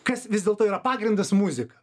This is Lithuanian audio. kas vis dėlto yra pagrindas muzika